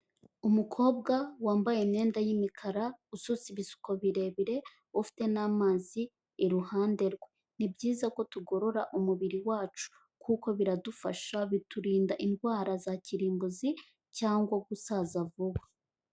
Umukobwa wambaye imyenda y'imikara ususu ibisuko birebire ufite n'amazi iruhande rwe. Ni byiza ko tugorora umubiri wacu kuko biradufasha biturinda indwara za kirimbuzi cyangwa gusaza vuba.